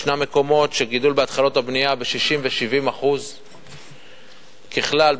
ישנם מקומות שיש בהם גידול בהתחלות הבנייה ב-60% 70%. ככלל,